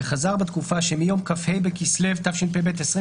וחזר בתקופה שמיום כ"ה בכסלו התשפ"ב (29